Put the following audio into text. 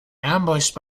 ambushed